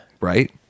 Right